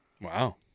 wow